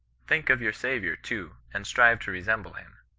think of your saviour, too, and strive to resemble him.